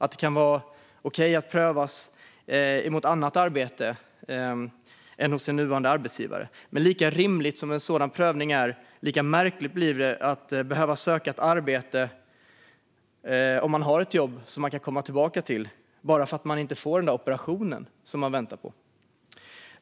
Det kan vara okej att prövas mot annat arbete än hos den nuvarande arbetsgivaren. Men lika rimlig som en sådan prövning är, lika märkligt blir det att man, om man har ett jobb som man kan komma tillbaka till, behöver söka ett arbete bara för att man inte får den där operationen som man väntar på.